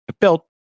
built